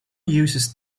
uses